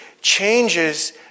changes